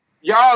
Y'all